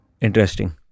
Interesting